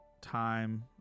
time